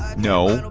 no no